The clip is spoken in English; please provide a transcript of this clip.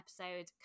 episode